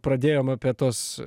pradėjom apie tuos